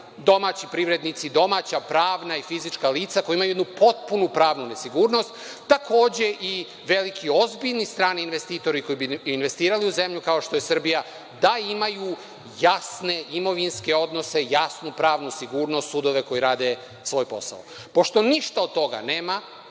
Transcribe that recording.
domaći privrednici, domaća, pravna i fizička lica koja imaju potpunu nesigurnost, takođe, i veliki ozbiljni strani investitori koji bi investirali u zemlji, kao što je Srbija, da imaju jasne imovinske odnose, jasnu pravnu sigurnost, sudove koji rade svoj posao. Pošto ništa od toga nema,